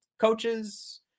coaches